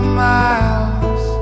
miles